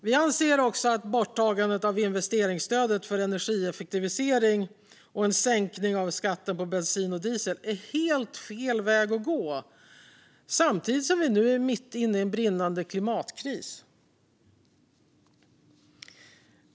Vi anser också att borttagandet av investeringsstödet för energieffektivisering och sänkningen av skatten på bensin och diesel är helt fel väg att gå när vi nu är mitt inne i en brinnande klimatkris.